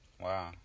Wow